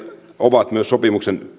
ovat myös sopimuksen